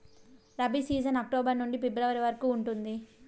rabi season October నుండి February వరకు ఉంటుంది